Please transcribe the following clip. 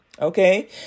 Okay